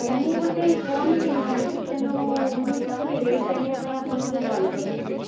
ମୁଁ ଗୋଟେ ଫୋନ୍ କିଣିଥାନ୍ତି ତେଣୁ ମୁଁ କିଛି ରେଟ୍ ଜାଣିବା ପାଇଁ ଆପଣଙ୍କୁ କଲ୍ କରିଥିଲି